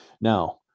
now